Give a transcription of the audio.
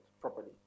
properly